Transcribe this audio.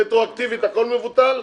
רטרואקטיבית הכול מבוטל.